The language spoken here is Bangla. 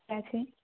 আছে